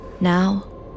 Now